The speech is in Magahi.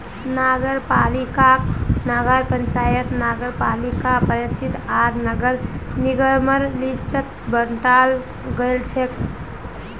नगरपालिकाक नगर पंचायत नगरपालिका परिषद आर नगर निगमेर लिस्टत बंटाल गेलछेक